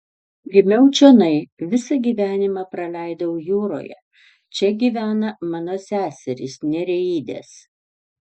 gimiau čionai visą gyvenimą praleidau jūroje čia gyvena mano seserys nereidės